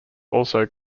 also